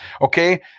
Okay